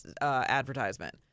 advertisement